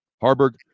Harburg